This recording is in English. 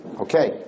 Okay